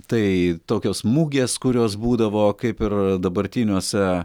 tai tokios mugės kurios būdavo kaip ir dabartiniuose